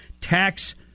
tax